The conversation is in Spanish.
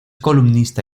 columnista